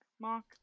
Mark